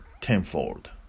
tenfold